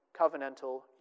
covenantal